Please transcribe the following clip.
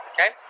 Okay